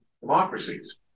democracies